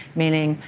meaning,